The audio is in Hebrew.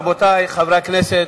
רבותי חברי הכנסת,